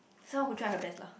someone who try her best lah